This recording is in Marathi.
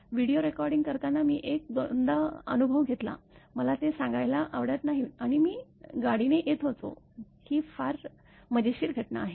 व्हिडिओ रेकॉर्डिंग करताना मी एक दोनदा अनुभव घेतला मला ते सांगायला आवडत नाही आणि मी गाडीने येत होतो ही फार मजेशीर घटना आहे